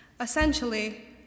Essentially